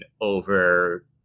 over